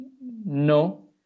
No